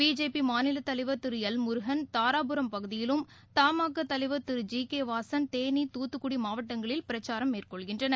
BJP மாநிலத் தலைவர் Thiru L Murugan Dharapuram பகுதியிலும் தமாகா தலைவர் திரு ஜி கே வாசன் தேனி தூத்துக்குடி மாவட்டங்களில் பிரச்சாரம் மேற்கொள்கின்றனர்